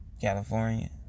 California